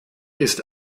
ist